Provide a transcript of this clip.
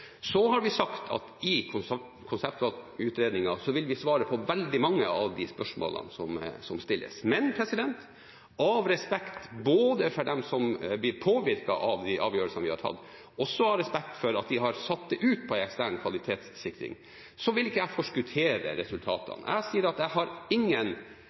har sagt at vi i konseptvalgutredningen vil svare på veldig mange av de spørsmålene som stilles, men både av respekt for dem som blir påvirket av de avgjørelsene vi har tatt, og av respekt for at vi har satt det ut til ekstern kvalitetssikring, vil ikke jeg forskuttere resultatene. Jeg sier at jeg har ingen